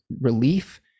relief